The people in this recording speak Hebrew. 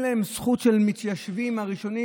אין להם זכות של המתיישבים הראשונים.